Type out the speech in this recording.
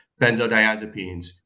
benzodiazepines